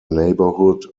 neighborhood